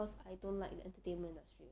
cause I don't like the entertainment industry